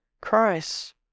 Christ